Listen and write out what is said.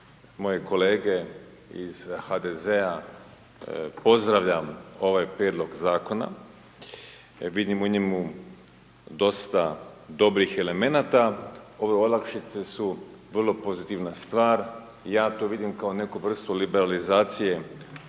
moje kolege iz HDZ-a pozdravljam ovaj prijedlog zakona jer vidim u njemu dosta dobrih elemenata. Ove olakšice su vrlo pozitivna stvar. Ja to vidim kao neku vrstu liberalizacije